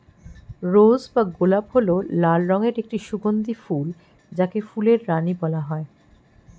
রোজ বা গোলাপ হল লাল রঙের একটি সুগন্ধি ফুল যাকে ফুলের রানী বলা হয়